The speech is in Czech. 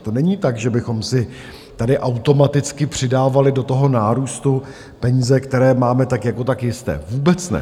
To není tak, že bychom si tady automaticky přidávali do toho nárůstu peníze, které máme tak jako tak jisté, vůbec ne.